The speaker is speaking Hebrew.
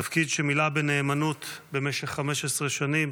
תפקיד שמילאה בנאמנות במשך 15 שנים.